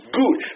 good